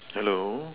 hello